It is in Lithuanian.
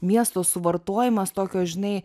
miesto suvartojimas tokio žinai